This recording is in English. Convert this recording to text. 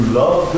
love